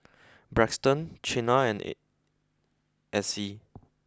Braxton Chynna and Acy